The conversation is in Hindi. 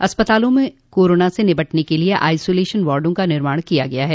अस्पतालों में कोरोना से निपटने के लिए आइसोलेशन वार्डो का निर्माण किया गया है